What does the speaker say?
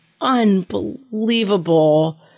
unbelievable